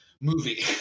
movie